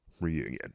reunion